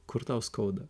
kur tau skauda